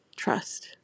Trust